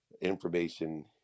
information